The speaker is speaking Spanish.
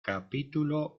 capítulo